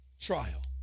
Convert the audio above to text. trial